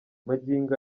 magingo